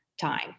time